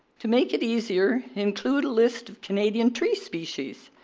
to make it easier, include a list of canadian tree species.